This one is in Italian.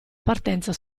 partenza